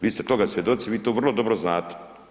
Vi ste toga svjedoci, vi to vrlo dobro znate.